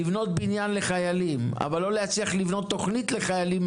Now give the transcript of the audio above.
לבנות בניין לחיילים אבל לא להצליח לבנות מראש תוכנית לחיילים,